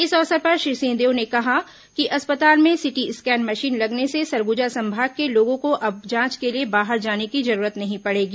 इस अवसर पर श्री सिंहदेव ने कहा कि अस्पताल में सिटी स्कैन मशीन लगने से सरगुजा संभाग के लोगों को अब जांच के लिए बाहर जाने की जरूरत नहीं पड़ेगी